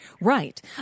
Right